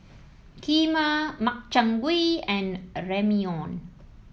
Kheema Makchang Gui and Ramyeon